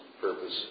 purpose